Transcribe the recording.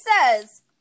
says